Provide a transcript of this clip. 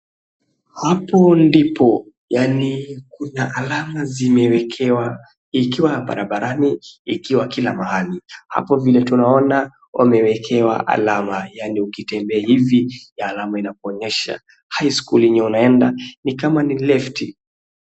Hapo ndipo, yaani kuna alama zimewekewa ikiwa barabarani, ikiwa kila mahali. Hapo vile tunaona wamewekewa alama, yaani ukitembea hivi hii alama inakuonyesha high school yenye unaenda nikama ni lefti.